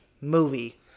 movie